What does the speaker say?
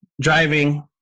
driving